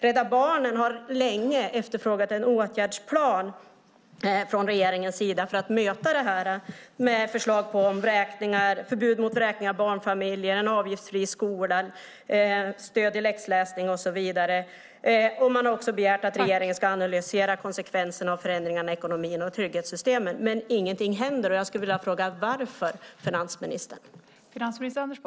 Rädda Barnen har länge efterfrågat en åtgärdsplan från regeringens sida för att möta det här med förslag om förbud mot vräkning av barnfamiljer, en avgiftsfri skola, stöd vid läxläsning och så vidare. Man har också begärt att regeringen ska analysera konsekvenserna av förändringarna i ekonomin och trygghetssystemen. Men ingenting händer. Jag skulle vilja fråga: Varför, finansministern?